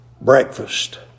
breakfast